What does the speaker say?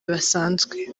basanzwe